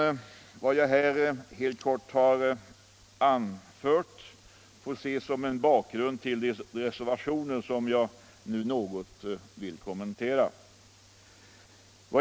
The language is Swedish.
Herr talman! Vad jag här helt kort anfört får ses som en liten bakgrund till de reservationer jag nu går in på.